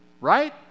right